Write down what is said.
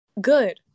Good